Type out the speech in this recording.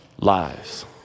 lives